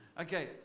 Okay